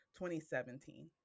2017